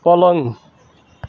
पलङ